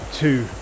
two